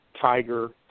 Tiger